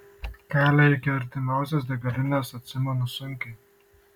kelią iki artimiausios degalinės atsimenu sunkiai